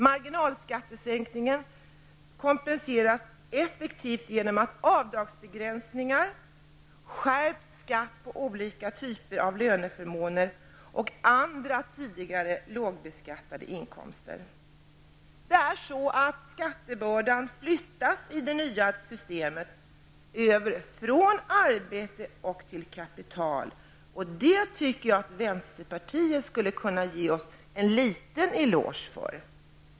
Marginalskattesänkningen kompenseras effektivt genom avdragsbegränsningar och genom en skärpt skatt när det gäller olika typer av löneförmåner och andra tidigare lågbeskattade inkomster. I det nya systemet flyttas skattebördan över från arbete till kapital. Det tycker jag att ni i vänsterpartiet borde kunna ge oss en liten eloge för.